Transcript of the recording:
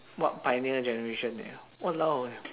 what pioneer generation eh !walao! eh